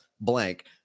blank